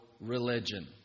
religion